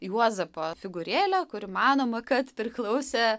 juozapo figūrėlę kuri manoma kad priklausė